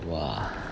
!wah!